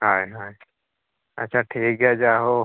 ᱦᱳᱭ ᱦᱳᱭ ᱟᱪᱪᱷᱟ ᱴᱷᱤᱠ ᱜᱮᱭᱟ ᱡᱟᱦᱳ